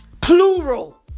plural